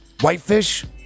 whitefish